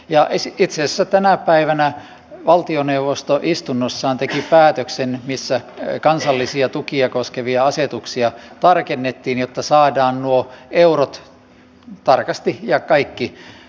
ja itse asiassa tänä päivänä valtioneuvosto istunnossaan teki päätöksen missä kansallisia tukia koskevia asetuksia tarkennettiin jotta saadaan nuo eurot tarkasti ja kaikki käyttöön